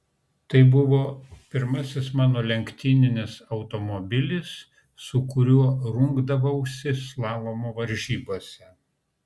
tai buvo pirmasis mano lenktyninis automobilis su kuriuo rungdavausi slalomo varžybose